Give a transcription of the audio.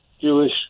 Jewish